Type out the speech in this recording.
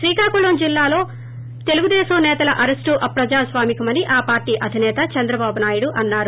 శ్రీకాకుళంలో తెలుగుదేశం సేతల అరెస్టు అప్రజాస్వామికమని ఆ పార్టీ అధిసేత చంద్రబాబు నాయుడు అన్నారు